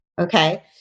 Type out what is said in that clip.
Okay